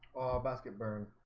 basket burn